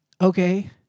Okay